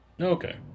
okay